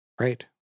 Right